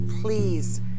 please